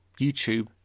YouTube